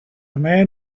man